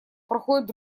проходит